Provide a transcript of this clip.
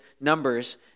Numbers